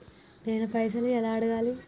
నేను పైసలు ఎలా అడగాలి?